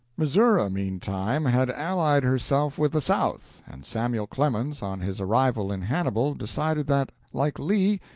missouri, meantime, had allied herself with the south, and samuel clemens, on his arrival in hannibal, decided that, like lee,